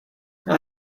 how